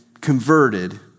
converted